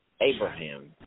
Abraham